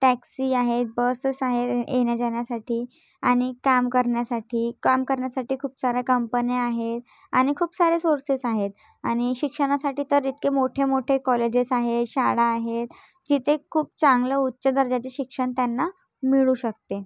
taxi आहेत buses आहे येण्याजाण्यासाठी आणि काम करण्यासाठी काम करण्यासाठी खूप साऱ्या कंपन्या आहे आणि खूप साऱ्या सोर्सेस आहेत आणि शिक्षणासाठी तर इतके मोठे मोठे कॉलेजेस आहे शाळा आहे जिथे खूप चांगलं उच्च दर्जाचं शिक्षण त्यांना मिळू शकते